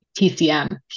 TCM